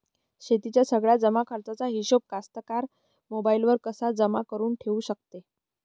शेतीच्या सगळ्या जमाखर्चाचा हिशोब कास्तकार मोबाईलवर कसा जमा करुन ठेऊ शकते?